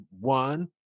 one